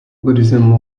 buddhism